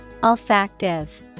Olfactive